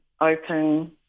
open